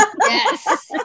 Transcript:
Yes